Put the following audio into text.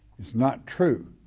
it's not true.